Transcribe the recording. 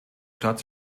stadt